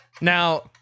Now